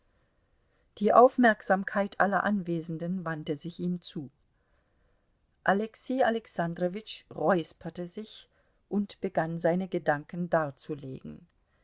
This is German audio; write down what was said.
die aufmerksamkeit aller anwesenden wandte sich ihm zu alexei alexandrowitsch räusperte sich und begann seine gedanken darzulegen